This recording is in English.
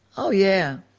oh yeah.